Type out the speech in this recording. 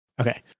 Okay